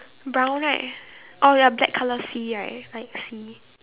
brown right oh ya black colour sea right black sea